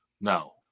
No